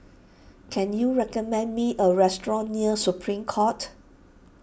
can you recommend me a restaurant near Supreme Court